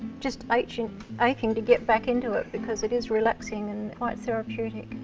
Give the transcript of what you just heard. just aching aching to get back into it because it is relaxing and quite therapeutic.